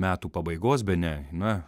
metų pabaigos bene na